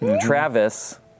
Travis